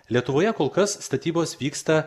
lietuvoje kol kas statybos vyksta